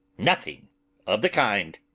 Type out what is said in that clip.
nothing of the kind!